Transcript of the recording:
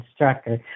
instructor